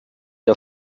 der